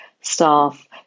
staff